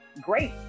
great